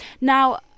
now